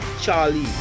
Charlie